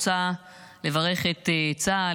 רוצה לברך את צה"ל,